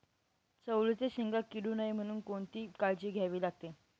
चवळीच्या शेंगा किडू नये म्हणून कोणती काळजी घ्यावी लागते?